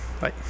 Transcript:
bye